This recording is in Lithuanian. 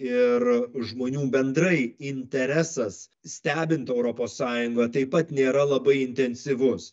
ir žmonių bendrai interesas stebint europos sąjungą taip pat nėra labai intensyvus